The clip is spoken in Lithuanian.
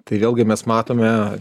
tai vėlgi mes matome